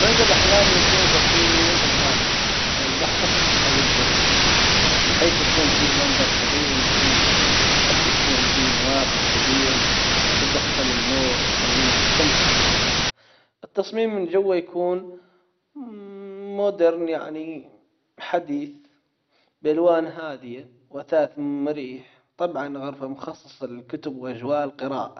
منزل احلامي يكون بسيط وهادئ على البحر أو الجبل بحيث يكون فيه منظر طبيعي من كل جهة أحب يكون فيه نوافذ كبيرة تدخل النور وتخليني أستمتع بالمناظر التصميم من جوا يكون مودرن يعني حديث بألوان هادية وآثاث مريح طبعًا غرفة مخصصة للكتب وأجواء القراءة.